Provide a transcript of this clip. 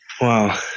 Wow